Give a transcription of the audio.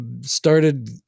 started